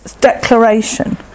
declaration